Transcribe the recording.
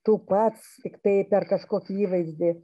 tu pats tiktai per kažkokį įvaizdį